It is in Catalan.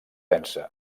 densa